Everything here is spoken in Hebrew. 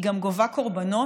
היא גם גובה קורבנות,